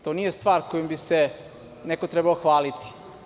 To nije stvar kojom bi se neko trebao hvaliti.